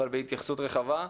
אבל בהתייחסות רחבה,